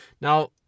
Now